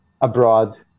abroad